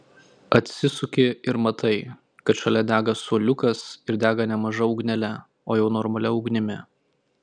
atsisuki ir matai kad šalia dega suoliukas ir dega ne maža ugnele o jau normalia ugnimi